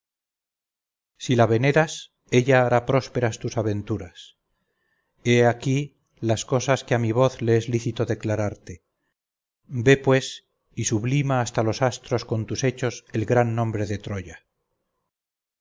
si la veneras ella hará prósperas tus aventuras he aquí las cosas que a mi voz le es lícito declararte ve pues y sublima hasta los astros con tus hechos el gran nombre de troya